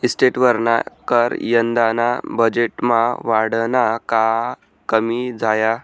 इस्टेटवरना कर यंदाना बजेटमा वाढना का कमी झाया?